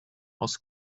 aus